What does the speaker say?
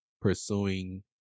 pursuing